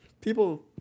People